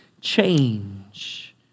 change